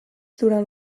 durant